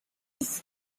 his